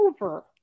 over